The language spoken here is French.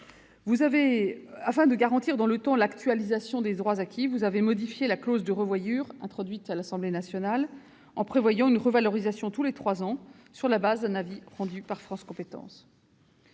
Afin de garantir dans le temps l'actualisation des droits acquis, vous avez modifié la clause de revoyure introduite à l'Assemblée nationale, en prévoyant une revalorisation tous les trois ans, sur la base d'un avis rendu par France compétences.